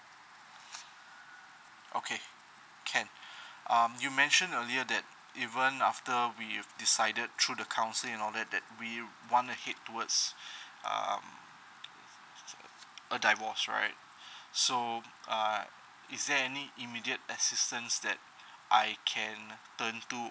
okay can um you mention earlier that even after we have decided through the counselling and all that we want to head towards um a divorce right so uh is there any immediate assistance that I can turn to